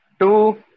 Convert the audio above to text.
two